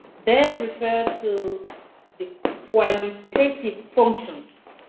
they're referring to the qualitative functions